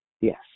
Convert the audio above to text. Yes